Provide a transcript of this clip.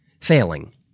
Failing